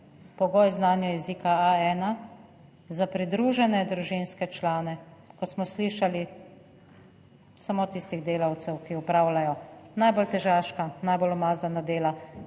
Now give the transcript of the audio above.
pogoj znanja jezika A1, za pridružene družinske člane, kot smo slišali, samo tistih delavcev, ki opravljajo najbolj težaška, najbolj umazana dela,